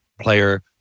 player